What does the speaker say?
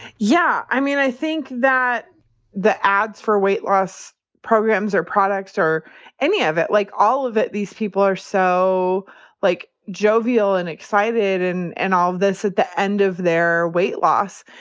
yeah. i mean, i think that the ads for weight loss programs or products or any of it, like all of these people, are so like jovial and excited and and all of this at the end of their weight loss.